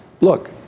Look